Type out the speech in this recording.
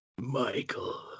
michael